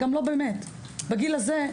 בגיל הזה,